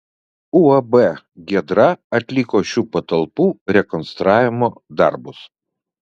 uab giedra atliko šių patalpų rekonstravimo darbus